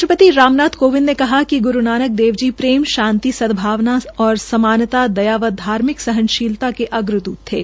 राष्ट्रपति राम नाथ कोविंद ने कहा कि ग्रू नानक देव जी प्रेम शांति सदभावना समानता दया व धार्मिक सहनशीलता के अग्रद्वत थे